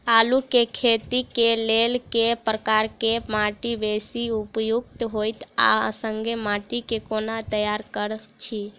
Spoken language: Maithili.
आलु केँ खेती केँ लेल केँ प्रकार केँ माटि बेसी उपयुक्त होइत आ संगे माटि केँ कोना तैयार करऽ छी?